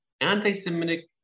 anti-Semitic